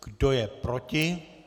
Kdo je proti?